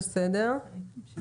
בסדר.